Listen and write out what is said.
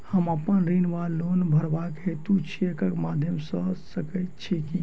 हम अप्पन ऋण वा लोन भरबाक हेतु चेकक माध्यम सँ दऽ सकै छी?